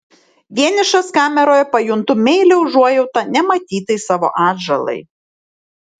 vienišas kameroje pajuntu meilią užuojautą nematytai savo atžalai